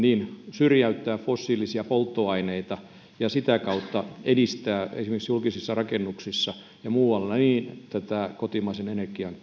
syrjäyttää fossiilisia polttoaineita ja sitä kautta edistää esimerkiksi julkisissa rakennuksissa ja muualla tätä kotimaisen energian